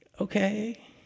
Okay